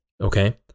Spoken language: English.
Okay